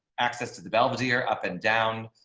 access to the belvedere, up and down.